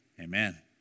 Amen